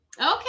okay